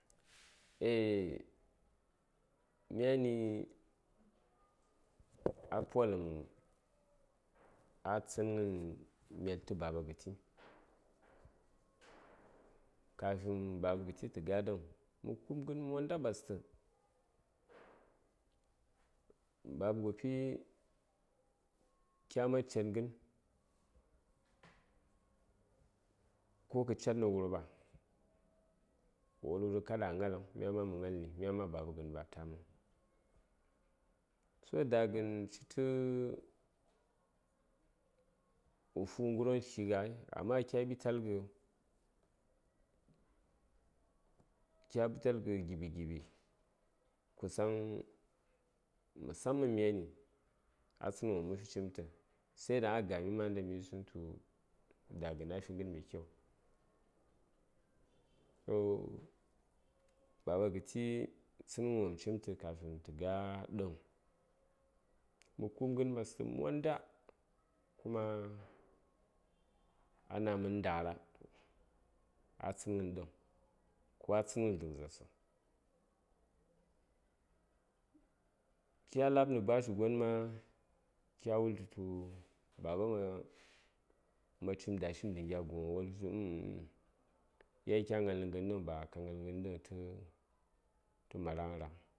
Eh myani a poləm a tsənghən mel tə baba ghəti kafi baba ghəti tə ga ɗəŋ mə ku:b ghən monda ɓastə baba gopi kya man ced ghən ko kə ced nə wurɓa wo wulghə tu kada a gnaləŋ myan ma mə gnalni myan ma baba ghən ba a taməŋ so daghən citə wo fughə ghəron tlighə ghai amma kya ɓitalghə kya ɓitalghə giɓi giɓi kusaŋ musaman myani a tsənghənan mi cimtə sai ɗaŋ a gami ma nda mə yisəŋ tu daghən a fi ghən mai kyau eh baba gəti tsənghan wopm cimtə kafin tə ga ɗəŋ mə ku:b ghən ɓastə monda kuma a na:mən ndara a tsənghən ɗəŋ ko a tsənghən dlək zarsə kya la:b nə bashi gon ma kya wultətu baba ma gnal ma cim dashin dangya guŋwo wo wulghətu yan kya gnalnə ghən ɗəŋ ba ka gnal tə tə maraghən raŋ